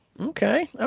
Okay